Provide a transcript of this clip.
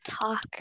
talk